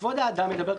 כבוד האדם מדבר,